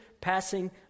passing